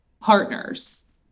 partners